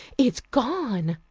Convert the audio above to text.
it's gone!